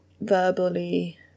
verbally